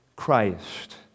Christ